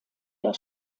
der